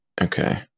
Okay